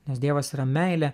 nes dievas yra meilė